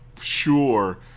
sure